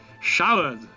showered